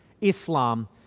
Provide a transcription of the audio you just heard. Islam